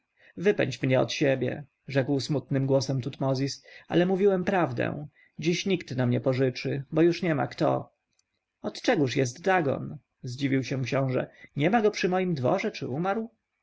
wypędź mnie od siebie rzekł smutnym głosem tutmozis ale mówiłem prawdę dziś nikt nam nie pożyczy bo już nie ma kto od czegóż jest dagon zdziwił się książę niema go przy moim dworze czy umarł